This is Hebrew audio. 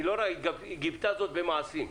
היא גיבתה זאת במעשים.